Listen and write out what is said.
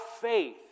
faith